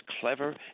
clever